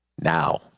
now